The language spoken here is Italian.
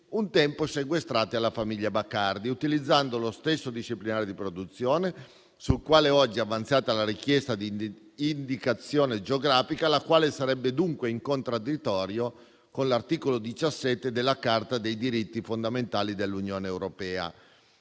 un tempo sequestrati alla famiglia Bacardi, utilizzando lo stesso disciplinare di produzione sul quale oggi è avanzata la richiesta di indicazione geografica, che sarebbe dunque in contraddittorio con l'articolo 17 della Carta dei diritti fondamentali dell'Unione europea.